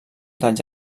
dels